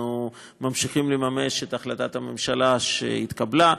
אנחנו ממשיכים לממש את החלטת הממשלה שהתקבלה.